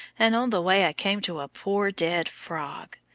and on the way i came to a poor dead frog.